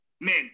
Men